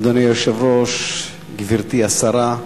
אדוני היושב-ראש, גברתי השרה,